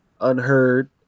unheard